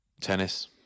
Tennis